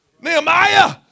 Nehemiah